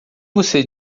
você